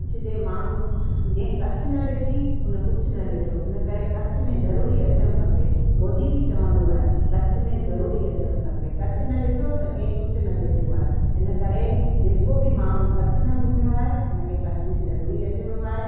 कच्छ जे माण्हू जें कच्छ न ॾिठी उन कुछ न ॾिठो इन करे कच्छ में ज़रूरी अचणु खपे मोदी बि चवंदो आहे कच्छ में ज़रूरी अचणु खपे कच्छ न ॾिठो त कंहिं कुझु न ॾिठो आहे इन करे जेको बि माण्हू कच्छ न घुमियो आहे हुन खे कच्छ में ज़रूरी अचिणो आहे